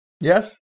Yes